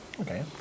Okay